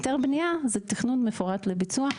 היתר בנייה זה תכנון מפורט לביצוע.